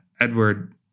Edward